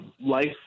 life